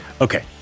Okay